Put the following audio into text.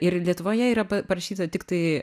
ir lietuvoje yra pa parašyta tiktai